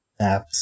apps